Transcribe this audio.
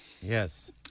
yes